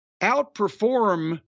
outperform